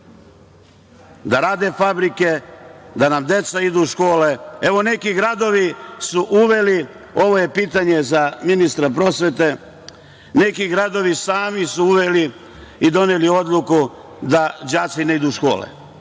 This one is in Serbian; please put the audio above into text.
da rade fabrike, da nam deca idu u škole. Evo, neki gradovi su uveli, ovo je pitanje za ministra prosvete, neki gradovi sami su uveli i doneli odluku da đaci ne idu u škole.